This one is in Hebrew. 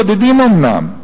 בודדים אומנם,